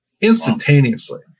instantaneously